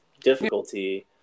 difficulty